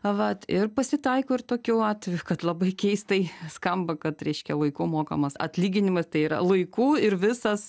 vat ir pasitaiko ir tokių atvejų kad labai keistai skamba kad reiškia laiku mokamas atlyginimas tai yra laiku ir visas